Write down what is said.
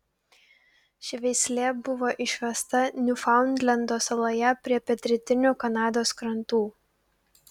ši veislė buvo išvesta niufaundlendo saloje prie pietrytinių kanados krantų